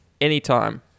Anytime